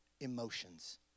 emotions